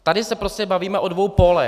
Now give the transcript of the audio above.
Tady se prostě bavíme o dvou pólech.